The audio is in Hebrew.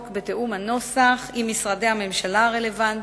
בתיאום הנוסח עם משרדי הממשלה הרלוונטיים,